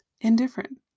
Indifferent